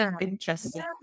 interesting